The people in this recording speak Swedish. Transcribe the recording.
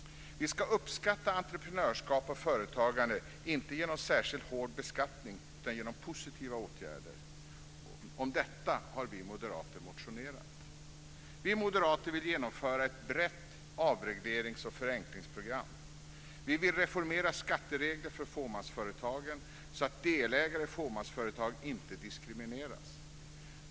Vi ska uppskatta entreprenörskap och företagande inte genom särskilt hård beskattning utan genom positiva åtgärder. Om detta har vi moderater motionerat. Vi moderater vill genomföra ett brett avreglerings och förenklingsprogram. Vi vill reformera skatteregler för fåmansföretagen så att delägare i fåmansföretag inte diskrimineras.